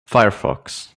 firefox